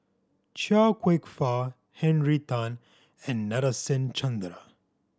Chia Kwek Fah Henry Tan and Nadasen Chandra